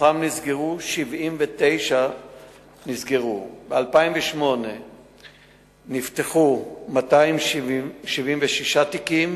ומתוכם נסגרו 79. ב-2008 נפתחו 276 תיקים